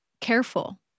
careful